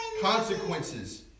consequences